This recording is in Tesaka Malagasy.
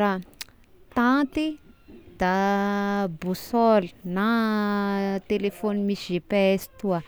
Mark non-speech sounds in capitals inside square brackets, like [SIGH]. raha [NOISE] tanty da bosôly na telefogny misy GPS toa.